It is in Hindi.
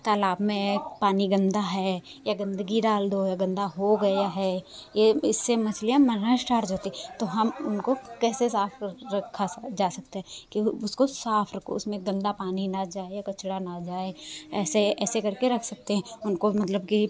तालाब में पानी गंदा है या गंदगी डाल दो या गंदा हो गया है ये इससे मछलियां मरना स्टार्ट होती तो हम उनको कैसे साफ़ रखा जा सकता है कि उसको साफ रखो उसमें गंदा पानी ना जाए कचड़ा ना जाए ऐसे ऐसे करके रख सकते हैं उनको मतलब कि